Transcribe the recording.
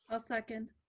ah second.